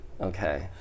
Okay